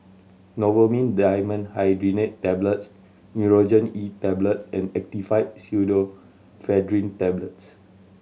Novomin Dimenhydrinate Tablets Nurogen E Tablet and Actifed Pseudoephedrine Tablets